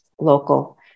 local